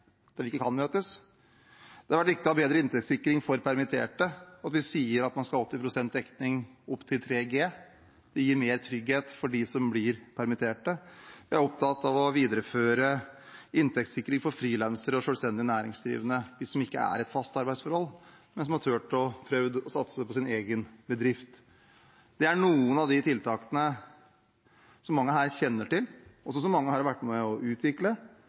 Det har vært viktig å ha bedre inntektssikring for permitterte; vi sier at man skal ha 80 pst. dekning opp til 3 G. Det gir mer trygghet for dem som blir permittert. Vi er opptatt av å videreføre inntektssikring for frilansere og selvstendig næringsdrivende, de som ikke er i et fast arbeidsforhold, men som har turt å prøve å satse på sin egen bedrift. Det er noen av de tiltakene som mange her kjenner til, og som mange her har vært med på å utvikle,